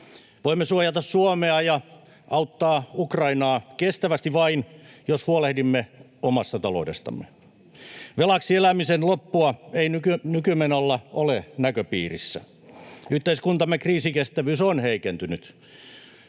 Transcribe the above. Voimme suojata Suomea ja auttaa Ukrainaa kestävästi vain, jos huolehdimme omasta taloudestamme. Velaksi elämisen loppua ei nykymenolla ole näköpiirissä. Yhteiskuntamme kriisinkestävyys on heikentynyt.